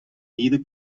neither